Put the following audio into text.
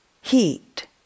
heat